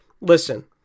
listen